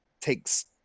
takes